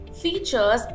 features